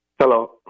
Hello